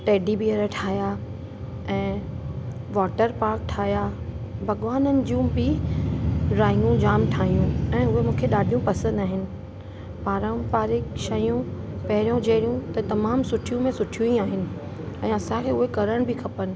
teddy bear ठाहियां ऐं water park ठाहियां भॻवाननि जूं बि ड्रॉइंगू जाम ठाहियूं ऐं उहे मूंखे ॾाढियूं पसंदि आहिनि पारंपारिक शयूं पहिरियों जहिड़ियूं त तमामु सुठियूं में सुठियूं ई आहिनि ऐं असांखे उहे करण बि खपेनि